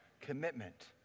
commitment